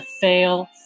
fail